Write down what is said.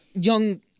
young